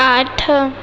आठ